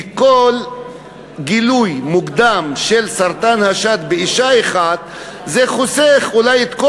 כי כל גילוי מוקדם של סרטן השד באישה אחת חוסך אולי את,